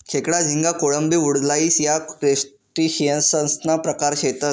खेकडा, झिंगा, कोळंबी, वुडलाइस या क्रस्टेशियंससना प्रकार शेतसं